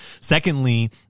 Secondly